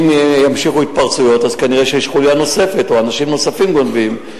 אם יימשכו ההתפרצויות כנראה יש חוליה נוספת או אנשים נוספים גונבים,